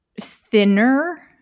thinner